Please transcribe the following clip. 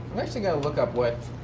actually going to look up what